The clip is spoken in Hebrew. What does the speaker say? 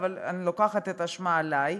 אבל אני לוקחת את האשמה עלי.